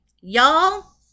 Y'all